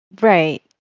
Right